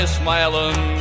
smiling